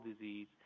disease